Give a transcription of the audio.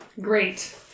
Great